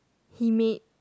he made